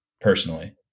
personally